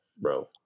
bro